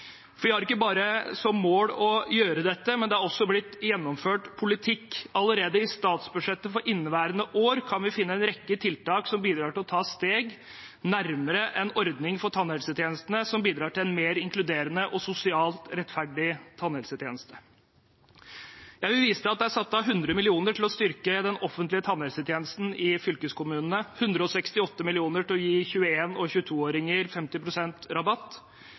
for inneværende år kan vi finne en rekke tiltak som bidrar til å ta steg nærmere en ordning for tannhelsetjenestene som bidrar til en mer inkluderende og sosialt rettferdig tannhelsetjeneste. Jeg vil vise til at det er satt av 100 mill. kr til å styrke den offentlige tannhelsetjenesten i fylkeskommunene, 168 mill. kr til å gi 21- og 22-åringer 50 pst. rabatt,